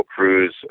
Cruz